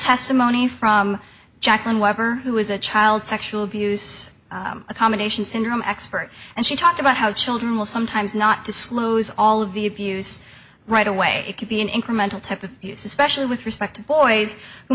testimony from jack on weber who was a child sexual abuse accommodation syndrome expert and she talked about how children will sometimes not disclose all of the abuse right away it could be an incremental type of abuse especially with respect boys who